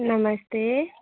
नमस्ते